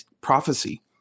prophecy